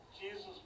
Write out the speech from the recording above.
Jesus